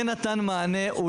כי אני חושב שזה כן נתן מענה,